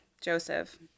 Joseph